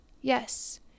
Yes